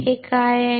हे काय आहे